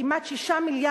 כמעט 6 מיליארד,